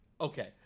Okay